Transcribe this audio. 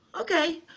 Okay